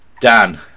Dan